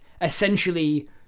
essentially